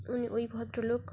উনি ওই ভদ্রলোক